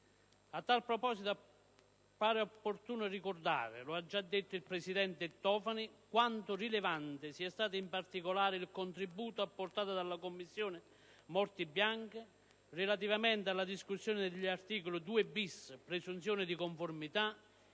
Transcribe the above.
A tal proposito appare opportuno ricordare - lo ha già detto il presidente Tofani - quanto rilevante sia stato in particolare il contributo apportato dalla Commissione sulle morti bianche relativamente alla discussione degli articoli 2-*bis* (presunzione di conformità)